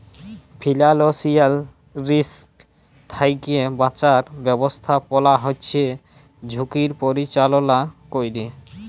financial risk থ্যাইকে বাঁচার ব্যবস্থাপলা হছে ঝুঁকির পরিচাললা ক্যরে